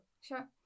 Sure